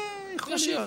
אהה, יכול להיות.